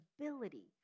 ability